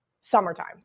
summertime